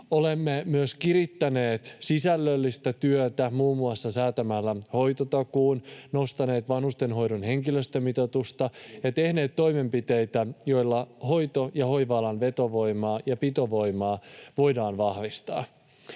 Olemme myös kirittäneet sisällöllistä työtä muun muassa säätämällä hoitotakuun, nostaneet vanhustenhoidon henkilöstömitoitusta ja tehneet toimenpiteitä, joilla hoito- ja hoiva-alan vetovoimaa ja pitovoimaa voidaan vahvistaa.